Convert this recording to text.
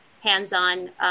hands-on